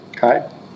Hi